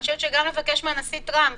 אני חושבת שגם אפשר לבקש מהנשיא טראמפ